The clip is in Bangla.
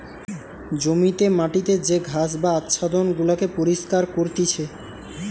জমিতে মাটিতে যে ঘাস বা আচ্ছাদন গুলাকে পরিষ্কার করতিছে